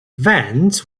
vent